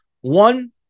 One